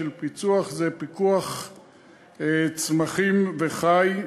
של פיצו"ח הם: פיקוח צמחים וחי,